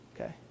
Okay